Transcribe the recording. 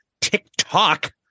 TikTok